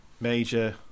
Major